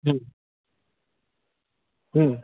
હં હં